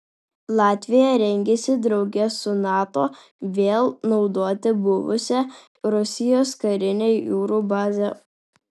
latvija rengiasi drauge su nato vėl naudoti buvusią rusijos karinę jūrų bazę